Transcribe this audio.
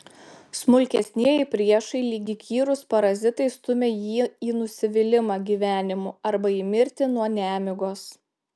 smulkesnieji priešai lyg įkyrūs parazitai stumią jį į nusivylimą gyvenimu arba į mirtį nuo nemigos